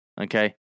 Okay